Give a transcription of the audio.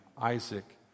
Isaac